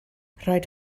rhaid